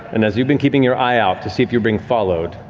and as you've been keeping your eye out to see if you're being followed,